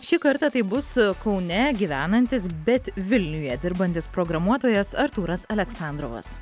šį kartą tai bus kaune gyvenantis bet vilniuje dirbantis programuotojas artūras aleksandrovas